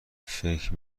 فکر